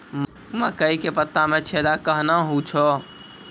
मकई के पत्ता मे छेदा कहना हु छ?